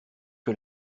que